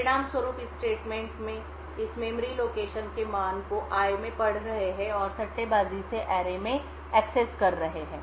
परिणामस्वरूप इस स्टेटमेंट से इस मेमोरी लोकेशन के मान को i में पढ़ रहे हैं और सट्टेबाजी से एरे i 256 में एक्सेस कर रहे हैं